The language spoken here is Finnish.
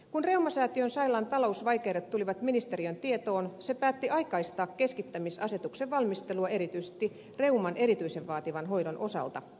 kun reumasäätiön sairaalan talousvaikeudet tulivat ministeriön tietoon se päätti aikaistaa keskittämisasetuksen valmistelua erityisesti reuman erityisen vaativan hoidon osalta